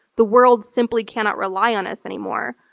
the world simply cannot rely on us anymore.